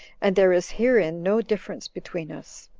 and there is herein no difference between us.